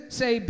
say